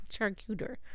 Charcuter